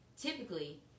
Typically